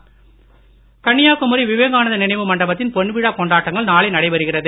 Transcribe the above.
குடியரசு தலைவர் கன்னியாகுமரி விவேகானந்தர் நினைவு மண்டபத்தின் பொன்விழா கொண்டாட்டங்கள் நாளை நடைபெறுகிறது